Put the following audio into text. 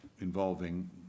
involving